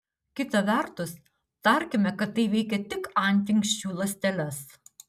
kita vertus tarkime kad tai veikia tik antinksčių ląsteles